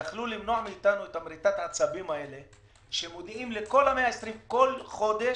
יכלו למנוע מאתנו את מריטת העצבים האלה שמופיעים לכל ה-120 כל חודש: